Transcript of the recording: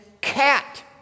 cat